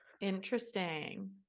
Interesting